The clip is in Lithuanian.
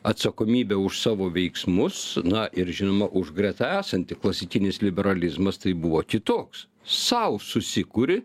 atsakomybė už savo veiksmus na ir žinoma už greta esantį klasikinis liberalizmas tai buvo kitoks sau susikuri